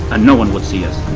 and no one would see us.